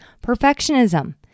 Perfectionism